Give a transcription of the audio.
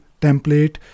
template